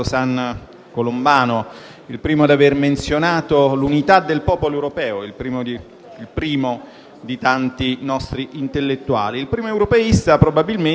Colombano, il primo ad aver menzionato l'unità del popolo europeo, il primo di tanti nostri intellettuali. Il primo europeista probabilmente